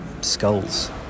skulls